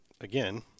again